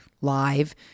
live